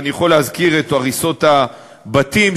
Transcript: ואני יכול להזכיר את הריסות הבתים,